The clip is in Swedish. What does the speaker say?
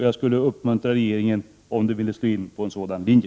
Jag skulle uppmuntra regeringen om den ville slå in på en sådan linje.